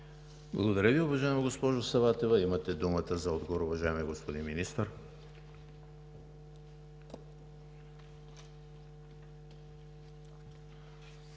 Благодаря Ви, уважаема госпожо Саватева. Имате думата за отговор, уважаеми господин Министър.